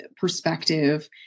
perspective